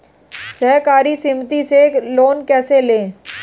सहकारी समिति से लोन कैसे लें?